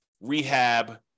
rehab